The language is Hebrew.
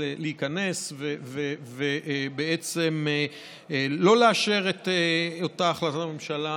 יכולה להיכנס ובעצם לא לאשר את אותה החלטת הממשלה,